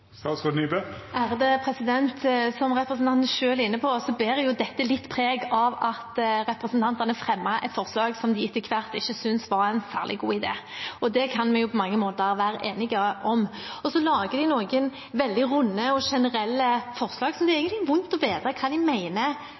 Som representanten selv er inne på, bærer dette litt preg av at representantene fremmet et forslag som de etter hvert ikke syntes var en særlig god idé. Det kan vi jo på mange måter være enige om. Så lager de noen veldig runde og generelle forslag, og det er egentlig litt vondt å vite hva de